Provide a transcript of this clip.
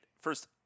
first